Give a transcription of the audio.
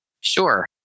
Sure